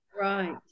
right